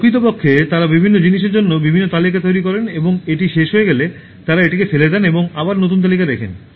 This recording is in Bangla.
প্রকৃতপক্ষে তাঁরা বিভিন্ন জিনিসের জন্য বিভিন্ন তালিকা তৈরি করেন এবং এটি শেষ হয়ে গেলে তাঁরা এটিকে ফেলে দেন এবং আবার নতুন তালিকা লেখেন